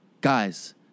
guys